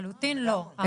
לחלוטין לא.